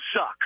suck